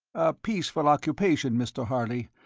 peaceful occupation, mr. harley,